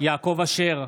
יעקב אשר,